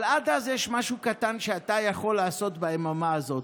אבל עד אז יש משהו קטן שאתה יכול לעשות ביממה הזאת.